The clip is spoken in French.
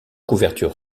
couverture